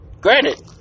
Granted